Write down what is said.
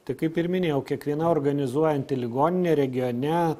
tai kaip ir minėjau kiekviena organizuojanti ligoninė regione